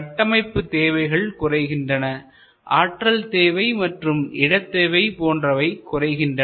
கட்டமைப்புதேவைகள் குறைகின்றனஆற்றல் தேவை மற்றும் இட தேவை போன்றவை குறைகின்றன